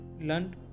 learned